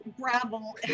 gravel